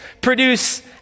produce